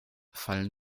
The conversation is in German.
fallen